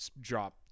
drop